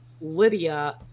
Lydia